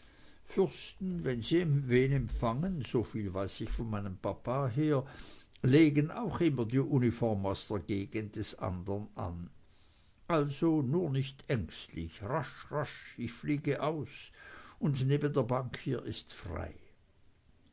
fürsten wenn sie wen empfangen soviel weiß ich von meinem papa her legen auch immer die uniform aus der gegend des anderen an also nun nicht ängstlich rasch rasch ich fliege aus und neben der bank hier ist frei